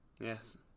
yes